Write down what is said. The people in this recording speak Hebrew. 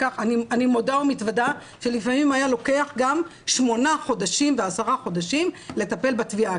אני מודה ומתוודה שלפעמים היה לוקח גם שמונה ועשרה חודשים לטפל בתביעה,